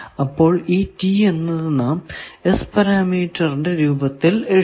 അപ്പോൾ ഈ T എന്നത് നാം S പരാമീറ്ററിന്റെ രൂപത്തിൽ എഴുതി